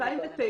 מ-2009